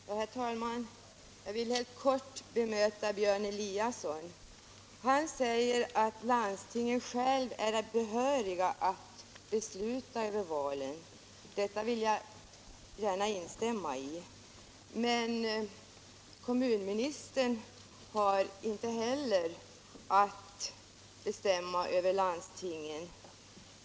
Herr talman! Jag vill helt kort bemöta Björn Eliasson. Han säger att landstingen själva är behöriga att besluta över valen. Detta vill jag gärna instämma i. Men kommunministern har inte heller att bestämma över landstingen.